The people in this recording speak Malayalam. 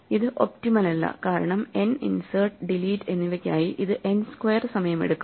ഇത് ഒപ്റ്റിമൽ അല്ല കാരണം n ഇൻസേർട്ട് ഡിലീറ്റ് എന്നിവക്കായി ഇത് n സ്ക്വയർ സമയമെടുക്കും